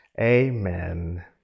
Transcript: amen